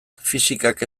fisikak